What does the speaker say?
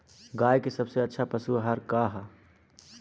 गाय के सबसे अच्छा पशु आहार का ह?